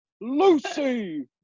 Lucy